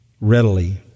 readily